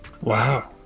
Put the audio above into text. Wow